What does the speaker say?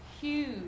huge